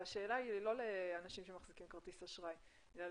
השאלה היא לא לאנשים שמחזיקים כרטיס אשראי אלא